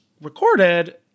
recorded